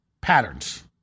Patterns